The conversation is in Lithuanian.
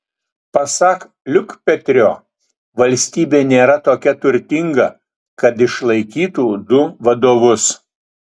pasak liukpetrio valstybė nėra tokia turtinga kad išlaikytų du vadovus